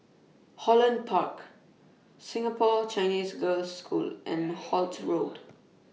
Holland Park Singapore Chinese Girls' School and Holt Road